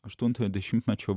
aštuntojo dešimtmečio